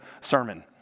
sermon